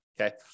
okay